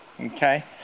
okay